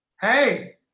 Hey